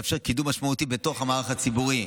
היא לאפשר לפסיכיאטרים קידום משמעותי בתוך המערך הציבורי,